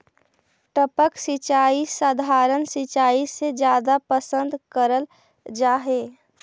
टपक सिंचाई सधारण सिंचाई से जादा पसंद करल जा हे